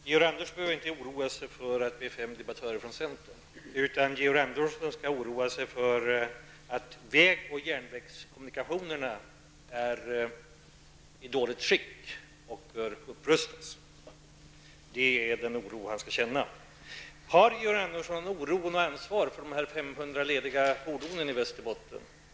Herr talman! Nej, Georg Andersson behöver inte oroa sig för att det är fem debattörer från centern. Han skall oroa sig för att väg och järnvägskommunikationerna är i så dåligt skick och måste upprustas. Detta bör vara anledningen till oron. Känner Georg Andersson oro och ansvar för de 500 lediga fordonen i Västerbotten?